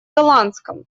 голландском